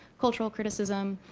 cultural criticism,